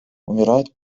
умирают